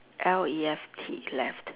L E F T left